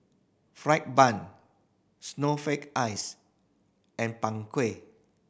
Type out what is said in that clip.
fried bun snowflake ice and Png Kueh